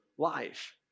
Life